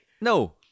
No